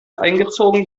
eingezogen